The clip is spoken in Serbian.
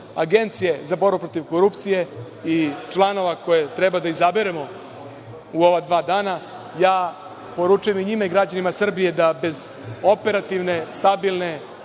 Agencije za borbu protiv korupcije i članova koje treba da izaberemo u ova dva dana, ja poručujem i njima i građanima Srbije da bez operativne, stabilne,